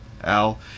Al